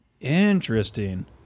Interesting